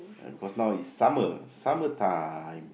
uh because now is summer summer time